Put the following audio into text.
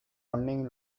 morning